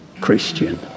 Christian